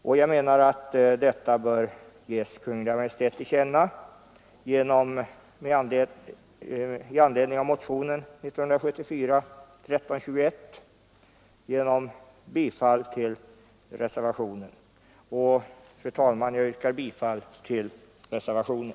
Jag anser också att detta yrkande i motionen 1321 bör genom bifall till reservationen ges Kungl. Maj:t till känna. Fru talman! Jag yrkar bifall till reservationen.